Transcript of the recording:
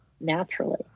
naturally